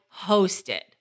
hosted